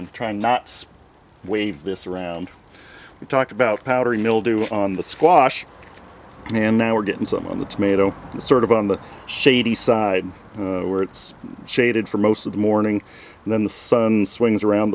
i'm trying not wave this around we talked about powdery mildew on the squash and now we're getting some on the tomato sort of on the shady side where it's shaded for most of the morning and then the sun swings around